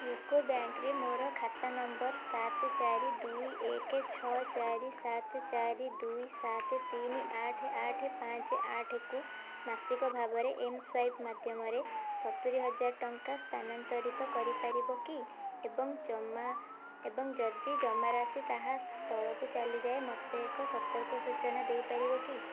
UCO ବ୍ୟାଙ୍କ୍ରେ ମୋର ଖାତା ନମ୍ବର୍ ସାତେ ଚାରି ଦୁଇ ଏକେ ଛଅ ଚାରି ସାତେ ଚାରି ଦୁଇ ସାତେ ତିନି ଆଠେ ଆଠେ ପାଞ୍ଚେ ଆଠେ କୁ ମାସିକ ଭାବରେ ଏମ୍ସ୍ୱାଇପ୍ ମାଧ୍ୟମରେ ସତୁରୀ ହଜାର ଟଙ୍କା ସ୍ଥାନାନ୍ତରିତ କରିପାରିବ କି ଏବଂ ଜମା ଏବଂ ଯଦି ଜମା ରାଶି ତାହା ତଳକୁ ଚାଲିଯାଏ ମୋତେ ଏକ ସତର୍କ ସୂଟନା ଦେଇପାରିବ କି